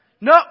No